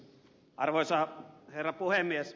arvoisa herra puhemies